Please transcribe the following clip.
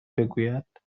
بگوید